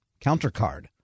countercard